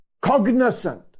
cognizant